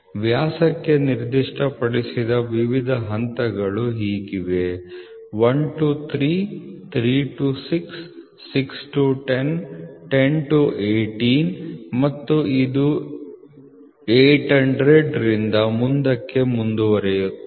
ವ್ಯಾಸಕ್ಕೆ ನಿರ್ದಿಷ್ಟಪಡಿಸಿದ ವಿವಿಧ ಹಂತಗಳು ಹೀಗಿವೆ 1 to 3 3 to 6 6 to 10 10 to 18 ಮತ್ತು ಇದು 800 ರಿಂದ ಇದಕ್ಕೆ ಮುಂದುವರಿಯುತ್ತದೆ